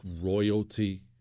royalty